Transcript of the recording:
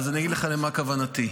אגיד לך למה כוונתי.